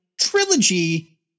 Trilogy